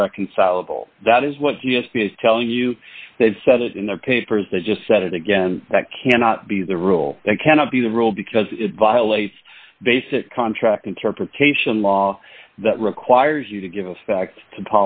irreconcilable that is what the f b i is telling you they've set it in their papers they just said it again that cannot be the rule it cannot be the rule because it violates basic contract interpretation law that requires you to give effect to